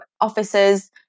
officers